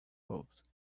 thought